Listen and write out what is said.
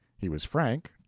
he was frank,